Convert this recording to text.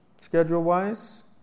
schedule-wise